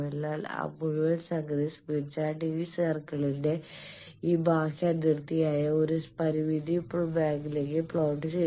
എന്നാൽ ആ മുഴുവൻ സംഗതി സ്മിത്ത് ചാർട്ട് ഈ സർക്കിളിന്റെ ഈ ബാഹ്യ അതിർത്തിയായ ഒരു പരിമിത മേഖലയിലേക്ക് പ്ലോട്ട് ചെയ്യുന്നു